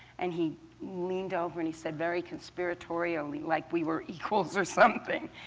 and he leaned over and he said very conspiratorially, like we were equals or something,